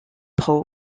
pro